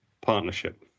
partnership